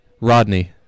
Rodney